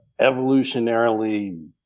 evolutionarily